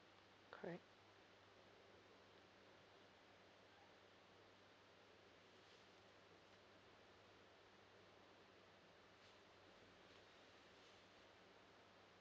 correct